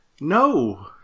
No